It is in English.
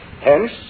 Hence